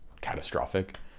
catastrophic